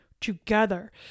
together